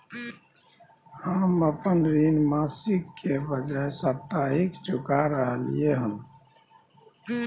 हम अपन ऋण मासिक के बजाय साप्ताहिक चुका रहलियै हन